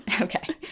Okay